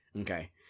Okay